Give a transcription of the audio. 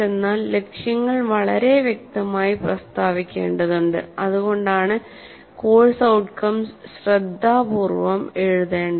എന്നാൽ ലക്ഷ്യങ്ങൾ വളരെ വ്യക്തമായി പ്രസ്താവിക്കേണ്ടതുണ്ട് അതുകൊണ്ടാണ് കോഴ്സ് ഔട്ട്കംസ് ശ്രദ്ധാപൂർവ്വം എഴുതേണ്ടത്